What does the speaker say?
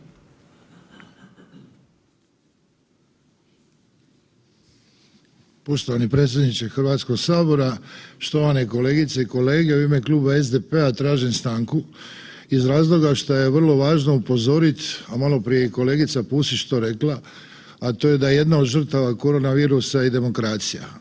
Poštovani predsjedniče Hrvatskog sabora, štovane kolegice i kolege u ime Kluba SDP-a tažim stanku iz razloga što je vrlo važno upozoriti, a malo prije je i kolegica Pusić to rekla, a to je da jedna od žrtava korona virusa je i demokracija.